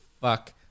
fuck